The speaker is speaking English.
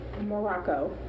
Morocco